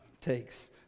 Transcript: takes